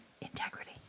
Integrity